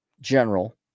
general